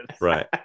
right